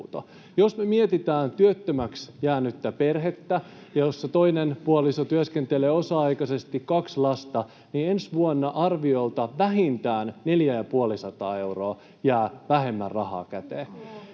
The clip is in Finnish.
Jos me mietitään työttömäksi jäänyttä perhettä, jossa toinen puoliso työskentelee osa-aikaisesti ja on kaksi lasta, niin ensi vuonna arviolta vähintään neljä- ja puolisataa euroa jää vähemmän rahaa käteen